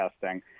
testing